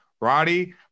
Roddy